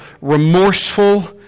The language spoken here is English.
remorseful